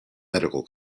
medical